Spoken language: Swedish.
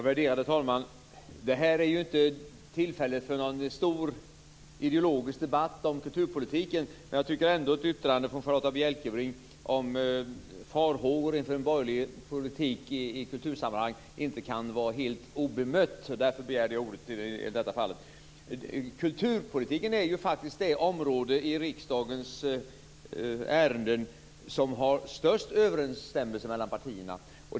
Värderade talman! Det här är inte tillfället för någon stor ideologisk debatt om kulturpolitiken. Jag tycker ändå att ett yttrande från Charlotta Bjälkebring om farhågor inför en borgerlig politik i kultursammanhang inte kan få stå helt obemött. Därför begärde jag ordet. Kulturpolitiken är ju faktiskt det område i riksdagens ärenden som har störst överensstämmelse mellan partierna.